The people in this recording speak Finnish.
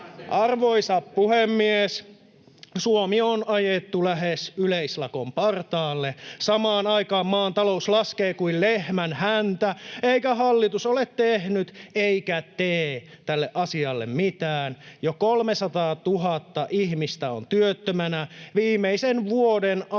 Arvoisa puhemies! Suomi on ajettu lähes yleislakon partaalle. Samaan aikaan maan talous laskee kuin lehmänhäntä, eikä hallitus ole tehnyt eikä tee tälle asialle mitään. Jo 300 000 ihmistä on työttömänä. Viimeisen vuoden aikana